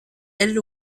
elles